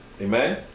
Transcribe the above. amen